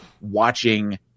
watching